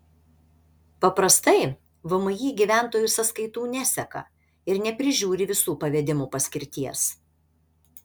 paprastai vmi gyventojų sąskaitų neseka ir neprižiūri visų pavedimų paskirties